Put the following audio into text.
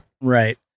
Right